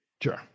Sure